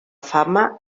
fama